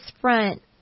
front